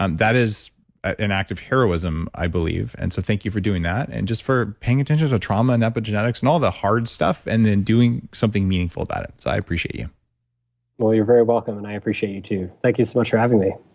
um that is an act of heroism, i believe. so thank you for doing that, and just for paying attention to trauma and epigenetics, and all the hard stuff, and then doing something meaningful about it. so i appreciate you well, you're very welcome and i appreciate you too. thank you so much for having me